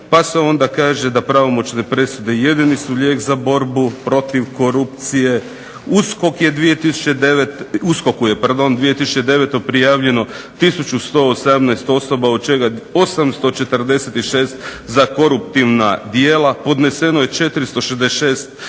Pa se onda kaže da pravomoćne presude jedini su lijek za borbu protiv korupcije. USKOK-u je 2009. prijavljeno 1118 osoba od čega 846 za koruptivna djela. Podneseno je 466